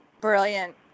Brilliant